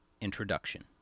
Introduction